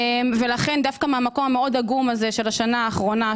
דווקא מהמקום המאוד עגום הזה של השנה האחרונה,